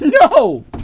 No